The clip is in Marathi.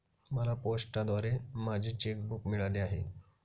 मला पोस्टाद्वारे माझे चेक बूक मिळाले आहे